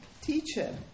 Teacher